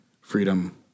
freedom